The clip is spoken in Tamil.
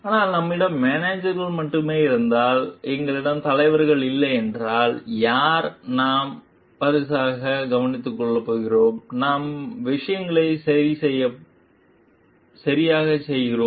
ஆனால் நம்மிடம் மேனேஜர்கள் மட்டுமே இருந்தால் எங்களிடம் தலைவர்கள் இல்லை என்றால் யாரை நாம் பரிசாகக் கவனித்துக்கொள்கிறோம் நாம் விஷயங்களைச் சரியாகச் செய்கிறோம்